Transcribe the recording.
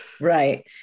Right